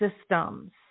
systems